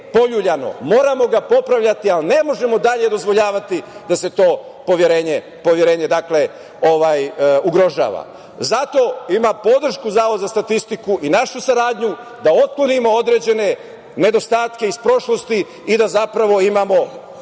Moramo ga popravljati, ali ne možemo dalje dozvoljavati da se to poverenje ugrožava. Zato ima podršku Zavod za statistiku i našu saradnju da otklonimo određene nedostatke iz prošlosti i da zapravo imamo